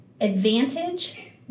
advantage